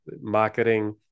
marketing